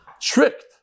tricked